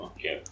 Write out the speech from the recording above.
Okay